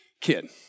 Kid